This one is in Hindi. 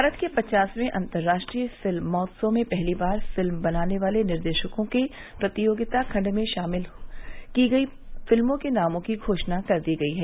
भारत के पचासवें अंतर्राष्ट्रीय फिल्म महोत्सव में पहली बार फिल्म बनाने वाले निर्देशकों के प्रतियोगिता खंड में शामिल की गई फिल्मों के नामों की घोषणा कर दी गयी है